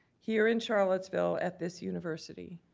here in charlottesville, at this university,